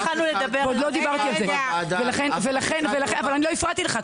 אבל את התחלת בוועדה --- אבל אני לא הפרעתי לך,